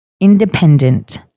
independent